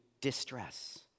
distress